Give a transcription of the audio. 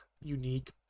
unique